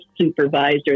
supervisor